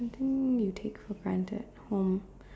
something you take for granted home